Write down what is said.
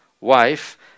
wife